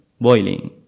boiling